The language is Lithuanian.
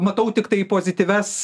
matau tiktai pozityvias